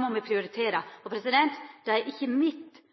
må me prioritera. Da er ikkje